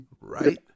right